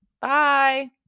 Bye